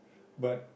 but